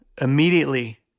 immediately